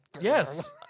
yes